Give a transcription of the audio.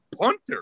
punter